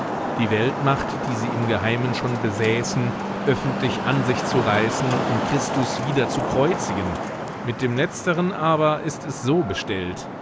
die weltmacht die sie im geheimen schon besäßen öffentlich an sich zu reißen und christus wieder zu kreuzigen mit dem letzteren aber ist es so bestellt